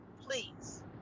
please